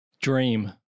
dream